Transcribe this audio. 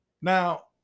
Now